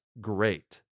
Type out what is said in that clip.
great